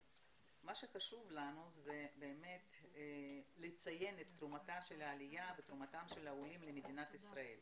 חשוב לנו לציין את תרומתה של העלייה ותרומתם של העולים למדינת ישראל.